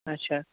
اچھا